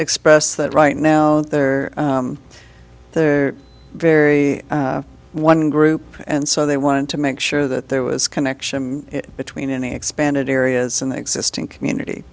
expressed that right now they're they're very one group and so they wanted to make sure that there was connection between any expanded areas in the existing community